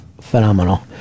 Phenomenal